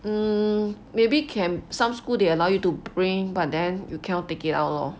um maybe can some school they allow you to bring but then you cannot take it out lor